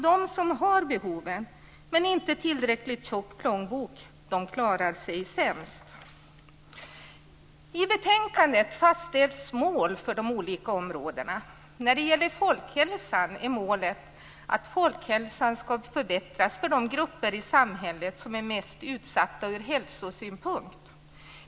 De som har behoven men inte tillräckligt tjock plånbok klarar sig sämst. I betänkandet fastställs mål för de olika områdena. När det gäller folkhälsan är målet att folkhälsan ska förbättras för de grupper i samhället som är mest utsatta ur hälsosynpunkt.